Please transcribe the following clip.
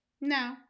No